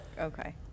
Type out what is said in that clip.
Okay